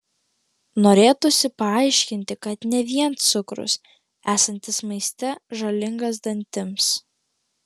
norėtųsi paaiškinti kad ne vien cukrus esantis maiste žalingas dantims